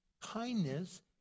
kindness